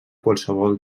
qualsevol